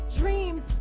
dreams